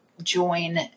join